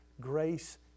grace